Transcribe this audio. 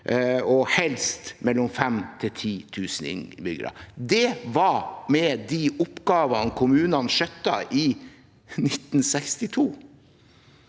og helst mellom 5 000 og 10 000 innbyggere. Det var med de oppgavene kommunene skjøttet i 1962.